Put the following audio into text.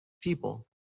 people